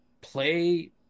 play